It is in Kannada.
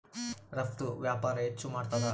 ರಫ್ತು ವ್ಯಾಪಾರ ಹೆಚ್ಚು ಮಾಡ್ತಾದ